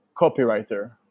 copywriter